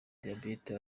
diyabete